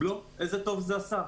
לא, איזה טוב זה עשה?